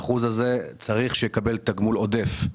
האחוז הזה צריך לקבל תגמול עודף.